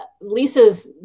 Lisa's